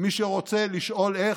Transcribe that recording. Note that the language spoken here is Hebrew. ומי שרוצה לשאול איך,